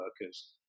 workers